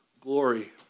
glory